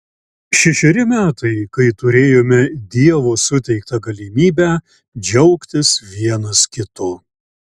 šešeri metai kai turėjome dievo suteiktą galimybę džiaugtis vienas kitu